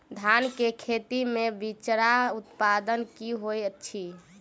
धान केँ खेती मे बिचरा उत्पादन की होइत छी?